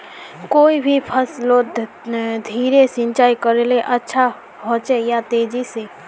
कोई भी फसलोत धीरे सिंचाई करले अच्छा होचे या तेजी से?